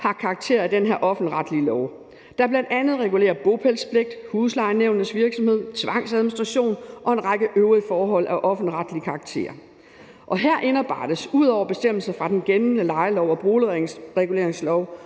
har karakter af den her offentligretlige lov, der bl.a. regulerer bopælspligt, huslejenævnets virksomhed, tvangsadministration og en række øvrige forhold af offentligretlig karakter. Her indarbejdes ud over bestemmelser fra den gældende lejelov og boligreguleringsloven